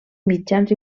mitjans